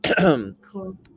Cool